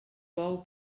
bou